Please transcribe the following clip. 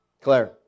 Claire